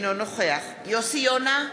אינו נוכח יוסי יונה,